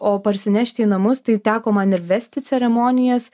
o parsinešti į namus tai teko man ir vesti ceremonijas